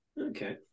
Okay